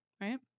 right